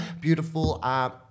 beautiful